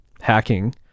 hacking